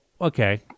okay